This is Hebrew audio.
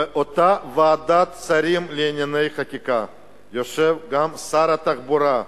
באותה ועדת שרים לענייני חקיקה יושב גם שר התחבורה,